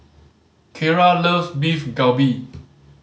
Kiera loves Beef Galbi